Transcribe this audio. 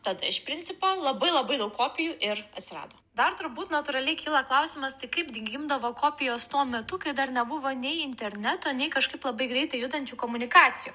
tad iš principo labai labai daug kopijų ir atsirado dar turbūt natūraliai kyla klausimas tai kaip gi gimdavo kopijos tuo metu kai dar nebuvo nei interneto nei kažkaip labai greitai judančių komunikacijų